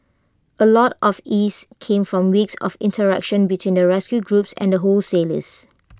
A lot of ease came from weeks of interaction between the rescue groups and wholesalers